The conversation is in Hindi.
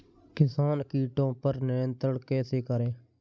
किसान कीटो पर नियंत्रण कैसे करें?